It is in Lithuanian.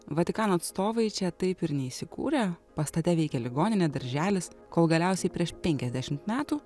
vatikano atstovai čia taip ir neįsikūrė pastate veikė ligoninė darželis kol galiausiai prieš penkiasdešimt metų